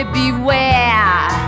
beware